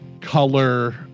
color